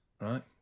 right